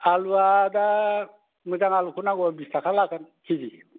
आलुआ दा मोजां आलुखौ नांगौबा बिसथाखा लागोन खेजि